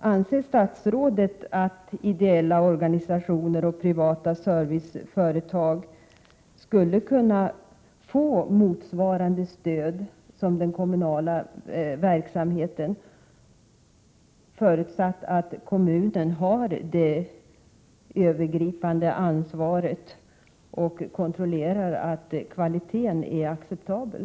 Anser statsrådet att ideella organisationer och privata serviceföretag skulle kunna få motsvarande stöd som den kommunala verksamheten, förutsatt att kommunen har det övergripande ansvaret och kontrollerar att kvaliteten är acceptabel?